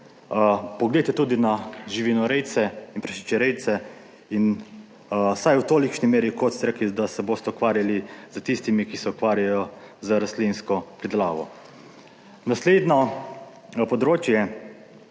poglejte tudi na živinorejce in prašičerejce in vsaj v tolikšni meri kot ste rekli, da se boste ukvarjali s tistimi, ki se ukvarjajo z rastlinsko pridelavo. Naslednje področje,